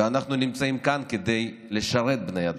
ואנחנו נמצאים כאן כדי לשרת בני אדם,